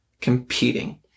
competing